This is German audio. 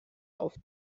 auf